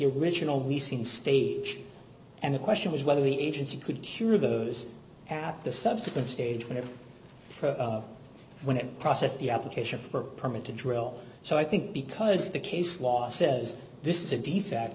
leasing stage and the question was whether the agency could cure those at the subsequent stage when or when it processed the application for a permit to drill so i think because the case law says this is a defect